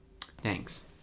Thanks